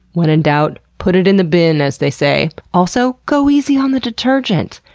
when in doubt, put it in the bin, as they say. also, go easy on the detergent.